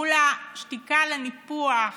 מול השתיקה על הניפוח,